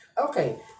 Okay